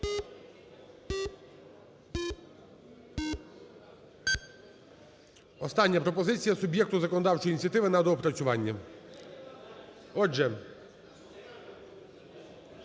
Остання пропозиція: суб'єкту законодавчої ініціативи на доопрацювання. Отже,